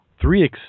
Three